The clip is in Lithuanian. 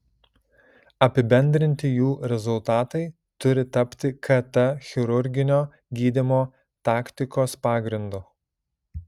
apibendrinti jų rezultatai turi tapti kt chirurginio gydymo taktikos pagrindu